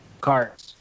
cards